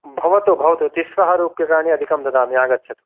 भवतु भवतु तिस्रः रूप्यकाणि अधिकं ददामि आगच्छतु